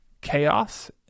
chaos